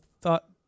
thought